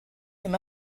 him